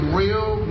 real